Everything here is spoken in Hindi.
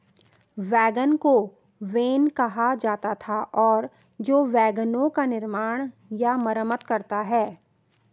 वैगन को वेन कहा जाता था और जो वैगनों का निर्माण या मरम्मत करता है